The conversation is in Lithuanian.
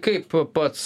kaip pats